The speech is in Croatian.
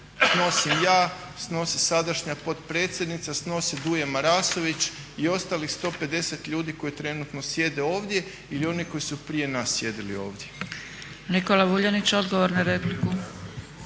snosim ja, snosi sadašnja potpredsjednica, snosi Duje Marasović i ostalih 150 ljudi koji trenutno sjede ovdje ili oni koji su prije nas sjedili ovdje. **Zgrebec, Dragica (SDP)** Nikola Vuljanić, odgovor na repliku.